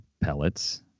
pellets